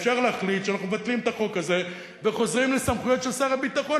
אפשר להחליט שאנחנו מבטלים את החוק הזה וחוזרים לסמכויות של שר הביטחון.